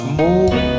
more